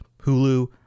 Hulu